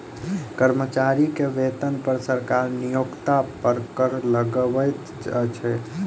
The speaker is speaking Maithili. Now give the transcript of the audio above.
कर्मचारी के वेतन पर सरकार नियोक्ता पर कर लगबैत अछि